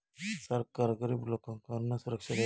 सरकार गरिब लोकांका अन्नसुरक्षा देता